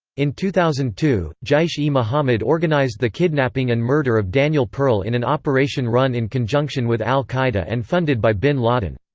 in two thousand and two, jaish-e-mohammed organized the kidnapping and murder of daniel pearl in an operation run in conjunction with al-qaeda and funded by bin laden.